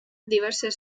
diverses